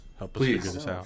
Please